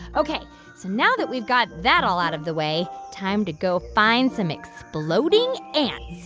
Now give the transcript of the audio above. ok. so now that we've got that all out of the way, time to go find some exploding ants.